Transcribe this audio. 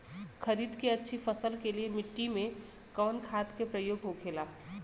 खरीद के अच्छी फसल के लिए मिट्टी में कवन खाद के प्रयोग होखेला?